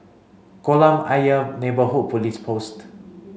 Kolam Ayer Neighbourhood Police Post